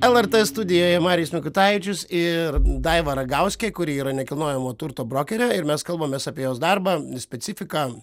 lrt studijoje marijus mikutavičius ir daiva ragauskė kuri yra nekilnojamo turto brokerė ir mes kalbamės apie jos darbą specifiką